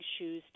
shoes